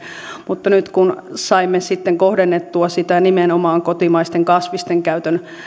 mutta nyt kun saimme sitten kohdennettua sitä nimenomaan kotimaisten kasvisten käytön